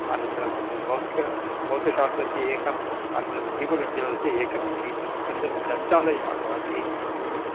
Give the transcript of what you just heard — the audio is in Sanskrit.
अनन्तरं भौतिक भौतिकशास्त्रस्य एकम् अनन्तरं जीवविज्ञानस्य एकम् इति अनन्तरं ग्रन्थालयः भवति